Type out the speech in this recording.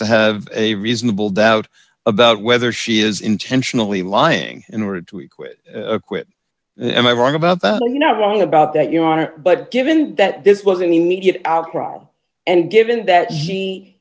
to have a reasonable doubt about whether she is intentionally lying in order to eat quit quit and i'm wrong about that and you know one thing about that you are but given that this was an immediate outcry and given that he